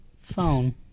phone